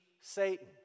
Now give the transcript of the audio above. Satan